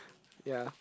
ya